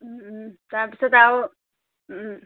তাৰপিছত আৰু